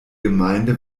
gemeinde